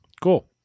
cool